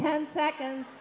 ten seconds